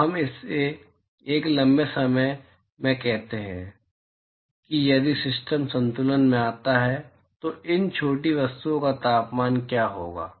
तो हम एक लंबे समय में कहते हैं कि यदि सिस्टम संतुलन में आता है तो इन छोटी वस्तुओं का तापमान क्या होगा